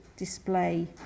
display